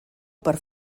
per